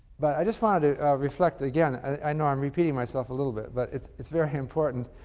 but i just want to reflect again i know i'm repeating myself a little bit, but it's it's very important.